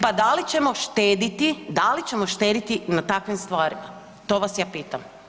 Pa da li ćemo štediti, da li ćemo štediti na takvim stvarima, to vas ja pitam?